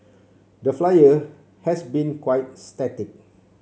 the Flyer has been quite static